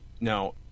Now